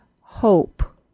hope